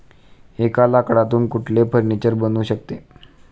एका लाकडातून कुठले फर्निचर बनू शकते?